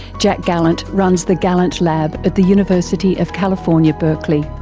jack gallant runs the gallant lab at the university of california, berkeley.